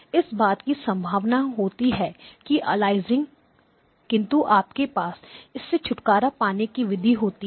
इस बात की संभावना होती है कि अलियासिंग किंतु आपके पास इससे छुटकारा पाने की विधि होती है